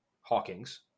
Hawking's